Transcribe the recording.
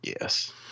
yes